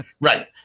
Right